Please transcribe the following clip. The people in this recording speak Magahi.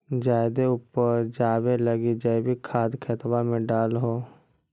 जायदे उपजाबे लगी जैवीक खाद खेतबा मे डाल हो?